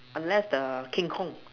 unless the King Kong